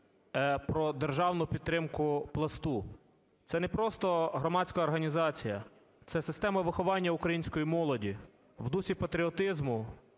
про державну підтримку Пласту. Це не просто громадська організація, це система виховання української молоді в дусі патріотизму,